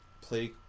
play